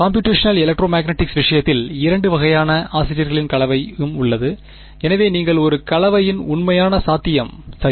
computational electromagnetics விஷயத்தில் இரண்டு வகையான ஆசிரியர்களின் கலவையும் உள்ளது எனவே நீங்கள் ஒரு கலவையின் உண்மையான சாத்தியம் சரி